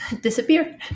disappear